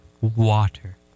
Water